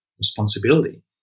responsibility